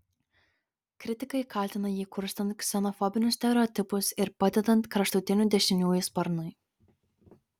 kritikai kaltina jį kurstant ksenofobinius stereotipus ir padedant kraštutinių dešiniųjų sparnui